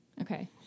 Okay